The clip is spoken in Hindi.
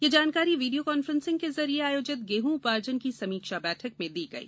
ये जानकारी वीडियो कॉन्फ्रेंसिंग के जरिए आयोजित गेहूं उपार्जन की समीक्षा बैठक में दी गई